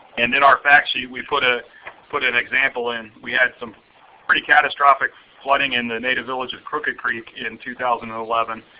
and in our fact sheet, we put ah put an example in. we had some pretty catastrophic flooding in the native village of crooked creek in two thousand and eleven.